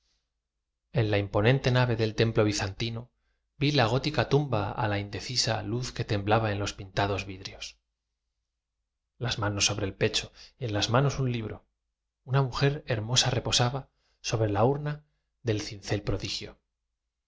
en la imponente nave del templo bizantino vi la gótica tumba á la indecisa luz que temblaba en los pintados vidrios las manos sobre el pecho y en las manos un libro una mujer hermosa reposaba sobre la urna del cincel prodigio